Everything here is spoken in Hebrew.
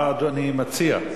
מה אדוני מציע?